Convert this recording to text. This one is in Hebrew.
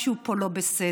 משהו פה לא בסדר.